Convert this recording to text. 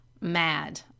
mad